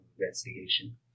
investigation